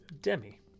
Demi